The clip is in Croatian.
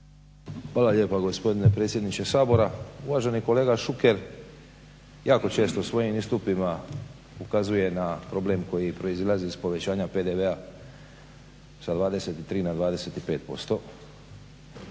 Hvala lijepa gospodine predsjedniče Sabora. Uvaženi kolega Šuker jako često svojim istupima ukazuje na problem koji proizlazi iz povećanja PDV sa 23 na 25%.